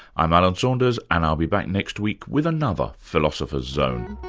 i'm alan saunders, and i'll be back next week with another philosopher's zone